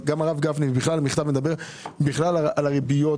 גם הרב גפני והמכתב מדבר בכלל על הריביות,